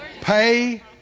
Pay